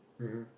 mmhmm